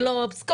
"גלובס",